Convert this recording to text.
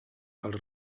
els